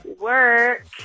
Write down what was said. work